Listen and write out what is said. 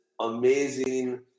amazing